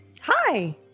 Hi